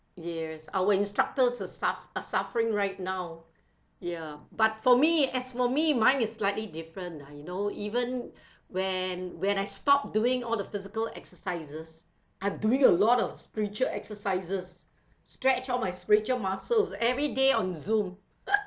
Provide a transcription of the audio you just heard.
yes our instructors who suff~ are suffering right now ya but for me as for me mine is slightly different ah you know even when when I stopped doing all the physical exercises I'm doing a lot of spiritual exercises stretch all my spiritual muscles everyday on Zoom